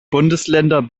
bundesländer